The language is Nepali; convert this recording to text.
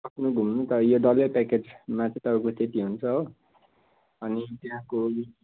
आफ्नो घुम्नु त यो डल्लै प्याकेजमा चाहिँ तपाईँको त्यति हुन्छ हो अनि त्यहाँको